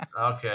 Okay